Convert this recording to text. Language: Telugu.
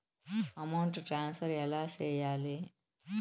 అమౌంట్ ట్రాన్స్ఫర్ ఎలా సేయాలి